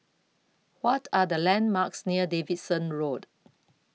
What Are The landmarks near Davidson Road